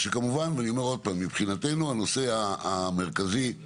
ואני אומר עוד פעם, מבחינתנו הנושא המרכזי הוא